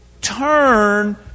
turn